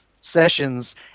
sessions